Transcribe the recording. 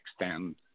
extend